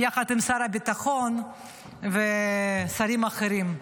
יחד עם שר הביטחון ושרים אחרים.